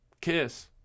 kiss